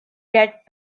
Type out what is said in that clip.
get